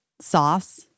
sauce